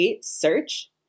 search